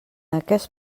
aquest